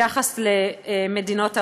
ביחס למדינות העולם,